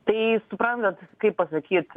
tai suprantat kaip pasakyt